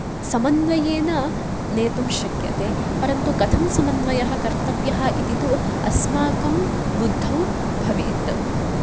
समन्वयेन नेतुं शक्यते परन्तु कथं समन्वयः कर्तव्यः इति तु अस्माकं बुद्धौ भवेत्